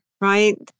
right